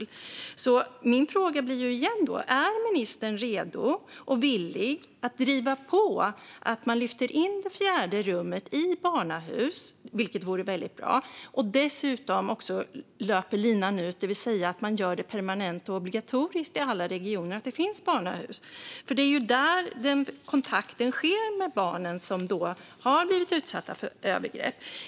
Min fråga blir därför igen: Är ministern redo och villig att driva på för att lyfta in det fjärde rummet i barnahus? Det vore väldigt bra. Kan man dessutom löpa linan ut och göra det permanent och obligatoriskt för alla regioner att det finns barnahus? Det är nämligen där kontakten sker med de barn som har blivit utsatta för övergrepp.